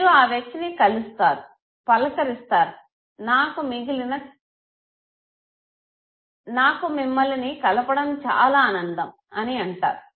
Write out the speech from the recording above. మీరు ఆ వ్యక్తిని కలుస్తారు పలకరిస్తారు నాకు మిమ్మలిని కలవడం చాలా ఆనందం అని అంటారు